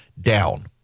down